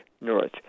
north